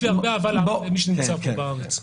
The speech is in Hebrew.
יש לי הרבה אהבה למי שנמצא פה בארץ.